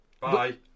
bye